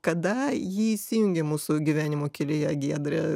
kada jį įsijungė mūsų gyvenimo kelyje giedre